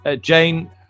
Jane